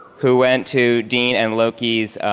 who went to dean anlooki's